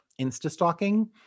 insta-stalking